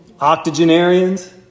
Octogenarians